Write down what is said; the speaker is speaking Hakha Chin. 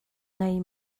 ngei